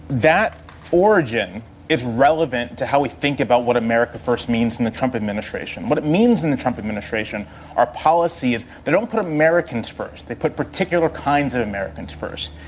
that origin is relevant to how we think about what america first means in the trump administration. what it means in the trump administration are policies that don't put americans first, they put particular kinds of americans first.